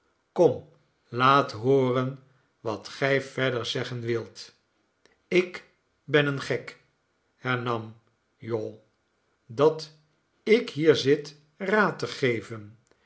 kom laat hooren wat gij verder zeggen wilt ik ben een gek hernam jowl dat ik hier zit raad te geven